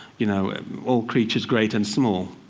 you know all creatures great and small